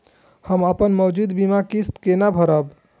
हम अपन मौजूद बीमा किस्त केना भरब?